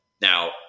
Now